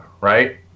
right